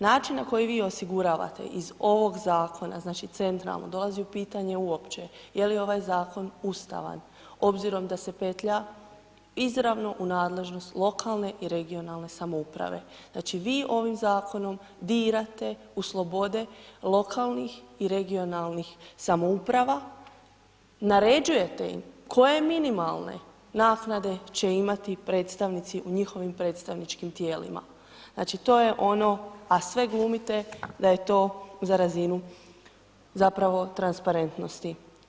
Način na koji vi osiguravate iz ovog zakona, znači, centralno, dolazi u pitanje uopće je li ovaj zakon ustavan obzirom da se petlja izravno u nadležnost lokalne i regionalne samouprave, znači, vi ovim zakonom dirate u slobode lokalnih i regionalnih samouprava, naređujete im koje minimalne naknade će imati predstavnici u njihovim predstavničkim tijelima, znači, to je ono, a sve glumite da je to za razinu zapravo transparentnosti.